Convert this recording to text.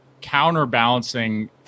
counterbalancing